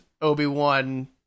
Obi-Wan